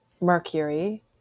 mercury